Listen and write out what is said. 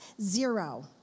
zero